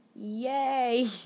yay